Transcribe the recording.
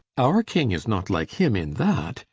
our king is not like him in that,